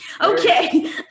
Okay